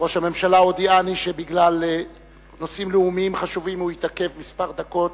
ראש הממשלה הודיעני שבגלל נושאים לאומיים חשובים הוא יתעכב כמה דקות,